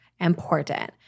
important